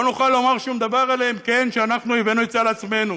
לא נוכל לומר שום דבר עליהם כי אנחנו הבאנו את זה על עצמנו.